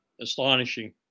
Astonishing